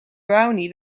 brownie